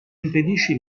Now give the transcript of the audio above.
impedisce